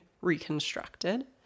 reconstructed